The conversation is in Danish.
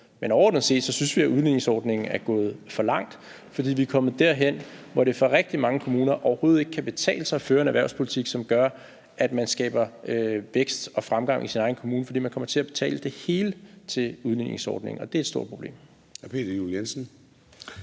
Men overordnet set synes vi, at udligningsordningen er gået for langt, for vi er kommet derhen, hvor det for rigtig mange kommuner overhovedet ikke kan betale sig at køre en erhvervspolitik, som gør, at man skaber vækst og fremgang i sin egen kommune, fordi man kommer til at betale det hele til udligningsordningen, og det er et stort problem.